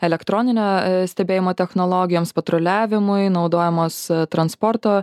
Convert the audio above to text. elektroninio stebėjimo technologijoms patruliavimui naudojamos transporto